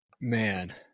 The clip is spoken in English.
Man